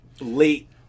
Late